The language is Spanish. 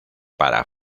para